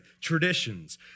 Traditions